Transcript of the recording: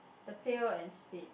the pail and split